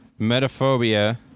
Metaphobia